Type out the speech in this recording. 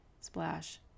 splash